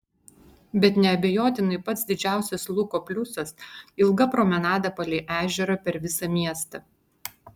bet neabejotinai pats didžiausias luko pliusas ilga promenada palei ežerą per visą miestą